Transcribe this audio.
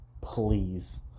please